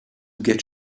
get